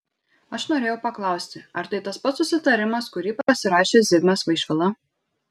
aš norėjau paklausti ar tai tas pats susitarimas kurį pasirašė zigmas vaišvila